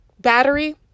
battery